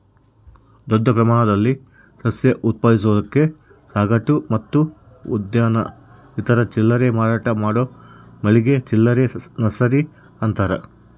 ದೊಡ್ಡ ಪ್ರಮಾಣದಲ್ಲಿ ಸಸ್ಯ ಉತ್ಪಾದಿಸೋದಕ್ಕೆ ಸಗಟು ಮತ್ತು ಉದ್ಯಾನ ಇತರೆ ಚಿಲ್ಲರೆ ಮಾರಾಟ ಮಾಡೋ ಮಳಿಗೆ ಚಿಲ್ಲರೆ ನರ್ಸರಿ ಅಂತಾರ